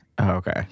Okay